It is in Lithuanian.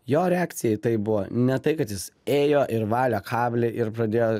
jo reakcija į tai buvo ne tai kad jis ėjo ir valė kablį ir pradėjo